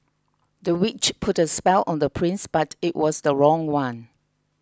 the witch put a spell on the prince but it was the wrong one